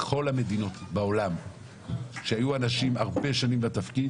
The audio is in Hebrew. בכל המדינות בעולם, שהיו אנשים הרבה שנים בתפקיד